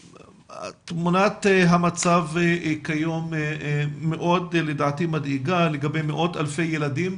תמונת המצב כיום לדעתי מאוד מדאיגה לגבי מאות אלפי ילדים